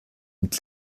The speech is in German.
mit